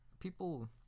People